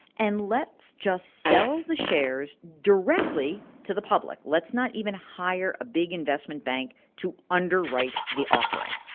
and let's just sell the shares directly to the public. let's not even hire a big investment bank to underwrite the offering.